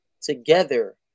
together